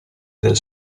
del